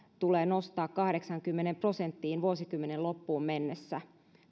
tulee nostaa kahdeksaankymmeneen prosenttiin vuosikymmenen loppuun mennessä